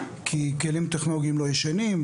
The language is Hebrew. כי כלים טכנולוגיים לא ישנים,